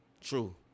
True